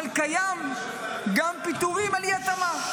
אבל יש גם פיטורים על אי-התאמה.